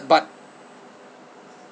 but